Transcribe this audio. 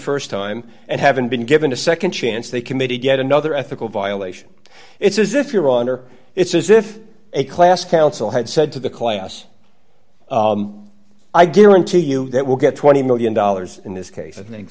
the st time and haven't been given a nd chance they committed yet another ethical violation it's as if your honor it's as if a class council had said to the class i guarantee you that will get twenty million dollars in this case i think